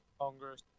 Congress